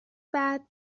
بعد